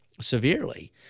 severely